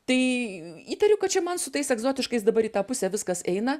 tai įtariu kad čia man su tais egzotiškais dabar į tą pusę viskas eina